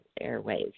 Airways